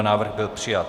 Návrh byl přijat.